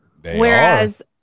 Whereas